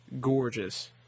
gorgeous